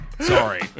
Sorry